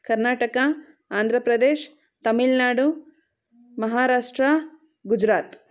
Karnataka Andhra Pradesh Tamil Nadu ಮಹಾರಷ್ಟ್ರ Gujarat